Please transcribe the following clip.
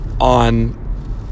on